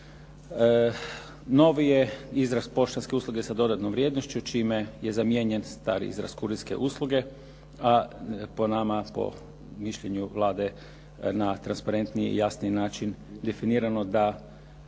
Novi je izrast poštanske usluge sa …/Govornik se ne razumije./… vrijednošću čime je zamijenjen stari izrast kurirske usluge, a po nama, po mišljenju Vlade na transparentniji i jasniji način definirano da